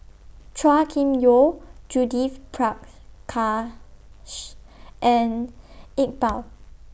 Chua Kim Yeow Judith Prakash and Iqbal